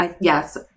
yes